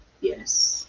Yes